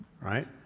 right